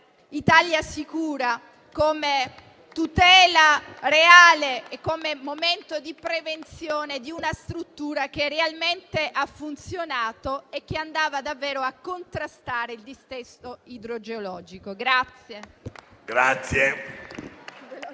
come tutela reale e come momento di prevenzione di una struttura che realmente ha funzionato e che andava davvero a contrastare il dissesto idrogeologico.